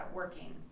working